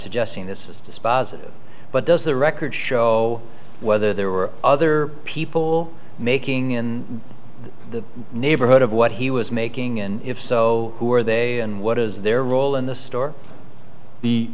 suggesting this is dispositive but does the record show whether there were other people making in the neighborhood of what he was making and if so who are they and what is their role in the store the